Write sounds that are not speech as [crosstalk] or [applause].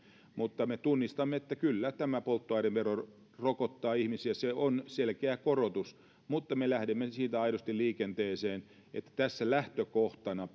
mutta me tunnistamme että kyllä tämä polttoainevero rokottaa ihmisiä se on selkeä korotus mutta me lähdemme siitä aidosti liikenteeseen että tässä lähtökohtana [unintelligible]